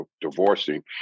divorcing